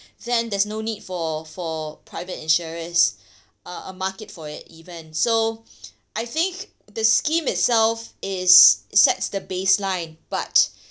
then there's no need for for private insurers uh a market for it even so I think the scheme itself is sets the baseline but